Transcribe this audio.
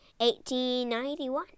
1891